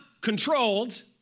controlled